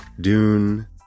Dune